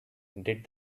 did